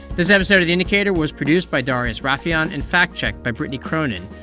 this episode of the indicator was produced by darius rafieyan and fact-checked by brittany cronin.